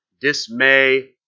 dismay